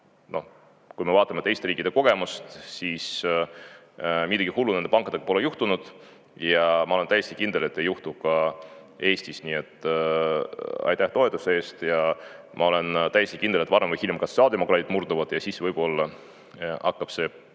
kui me vaatame teiste riikide kogemust, siis midagi hullu nende pankadega pole juhtunud, ja ma olen täiesti kindel, et ei juhtu ka Eestis. Nii et aitäh toetuse eest. Ma olen täiesti kindel, et varem või hiljem ka sotsiaaldemokraadid murduvad ja siis võib-olla hakkab see pall